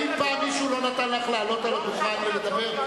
האם פעם מישהו לא נתן לך לעלות על הדוכן ולדבר?